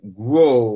grow